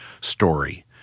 story